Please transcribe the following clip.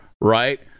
right